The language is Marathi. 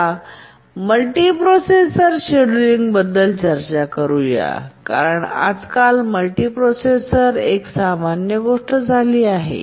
चला मल्टिप्रोसेसर शेड्यूलिंग बद्दल चर्चा करूया कारण आजकाल मल्टिप्रोसेसर एक सामान्य गोष्ट झाली आहे